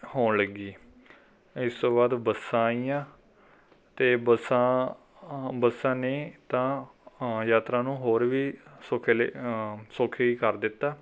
ਹੋਣ ਲੱਗੀ ਇਸ ਤੋਂ ਬਾਅਦ ਬੱਸਾਂ ਆਈਆਂ ਅਤੇ ਬੱਸਾਂ ਬੱਸਾਂ ਨੇ ਤਾਂ ਯਾਤਰਾ ਨੂੰ ਹੋਰ ਵੀ ਸੌਖੇਲੇ ਸੌਖੀ ਕਰ ਦਿੱਤਾ